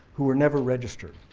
who were never registered,